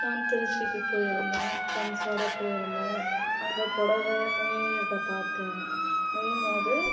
நான் திருச்சிக்கு போயிருந்தேன் ஃப்ரெண்ட்ஸ்ஸோட போயிருந்தேன் அங்கே புடவ நெய்யிறதை பார்த்தேன் நெய்யும் போது